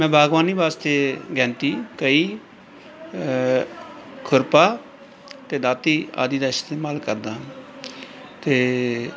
ਮੈਂ ਬਾਗਬਾਨੀ ਵਾਸਤੇ ਗੈਂਤੀ ਕਹੀ ਖੁਰਪਾ ਅਤੇ ਦਾਤੀ ਆਦਿ ਦਾ ਇਸਤੇਮਾਲ ਕਰਦਾ ਅਤੇ